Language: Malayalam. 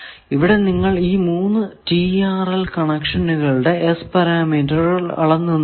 ഇവിടെ നിങ്ങൾ ഈ 3 TRL കണക്ഷനുകളുടെ S പാരാമീറ്റർ അളന്നു നോക്കി